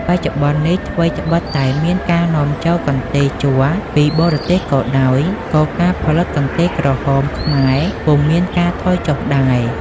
បច្ចុប្បន្ននេះ ថ្វីត្បិតតែមានការនាំចូលកន្ទេលជ័រពីបរទេសក៏ដោយ ក៏ការផលិត កន្ទេលក្រហមខ្មែរពុំមានការថយចុះដែរ។